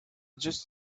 just